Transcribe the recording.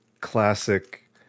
classic